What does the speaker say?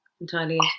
entirely